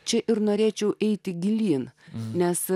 čia ir norėčiau eiti gilyn nes